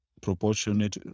proportionate